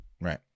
right